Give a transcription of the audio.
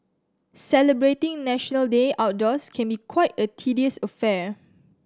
celebrating National Day outdoors can be quite a tedious affair